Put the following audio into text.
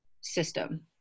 system